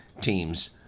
teams